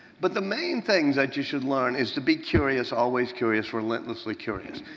but the main things that you should learn is to be curious, always curious, relentlessly curious.